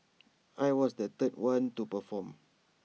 I was the third one to perform